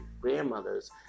grandmothers